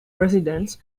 residence